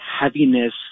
heaviness